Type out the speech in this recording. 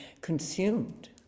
consumed